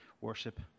worship